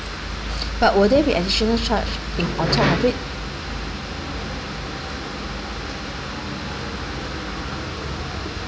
but will there will additional charge in on top of it